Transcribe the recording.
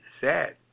Sad